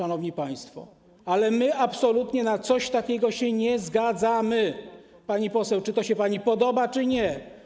Ale my absolutnie na coś takiego się nie zgadzamy, pani poseł, czy to się pani podoba, czy nie.